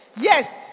Yes